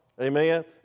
Amen